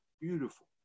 Beautiful